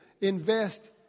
invest